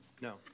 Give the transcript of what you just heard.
No